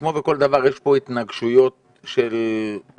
שכמו בכל דבר יש פה התנגשויות של רצונות